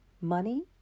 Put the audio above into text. money